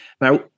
Now